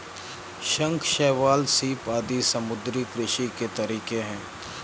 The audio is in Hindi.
शंख, शैवाल, सीप आदि समुद्री कृषि के तरीके है